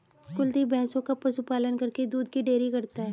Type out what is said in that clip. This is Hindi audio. कुलदीप भैंसों का पशु पालन करके दूध की डेयरी करता है